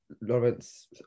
Lawrence